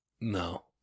No